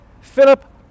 Philip